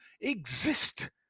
exist